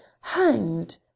Hanged